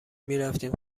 میرفتیم